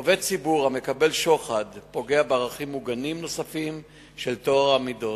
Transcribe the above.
עובד ציבור המקבל שוחד פוגע בערכים מוגנים נוספים של טוהר המידות,